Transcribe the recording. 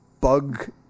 bug